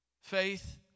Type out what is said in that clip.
Faith